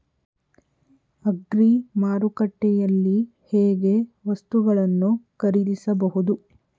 Agri ಮಾರುಕಟ್ಟೆಯಲ್ಲಿ ಹೇಗೆ ವಸ್ತುಗಳನ್ನು ಖರೀದಿಸಬಹುದು?